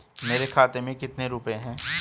मेरे खाते में कितने रुपये हैं?